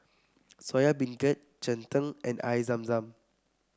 Soya Beancurd Cheng Tng and Air Zam Zam